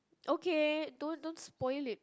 okay don't don't spoil it